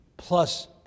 plus